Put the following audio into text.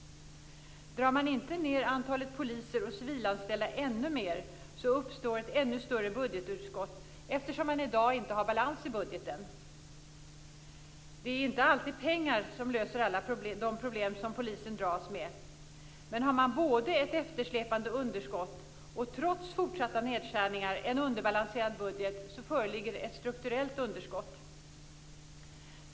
Drar man inte ned antalet poliser och civilanställda ännu mer uppstår ett ännu större budgetunderskott eftersom man i dag inte har balans i budgeten. Det är inte alltid pengar som löser alla de problem som polisen dras med, men har man både ett eftersläpande underskott och trots fortsatta nedskärningar en underbalanserad budget så föreligger ett strukturellt underskott.